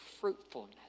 fruitfulness